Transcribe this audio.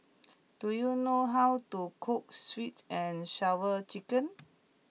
do you know how to cook Sweet and Sour Chicken